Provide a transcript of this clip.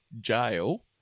jail